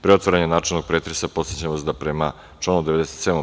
Pre otvaranja načelnog pretresa, podsećam vas da, prema članu 90.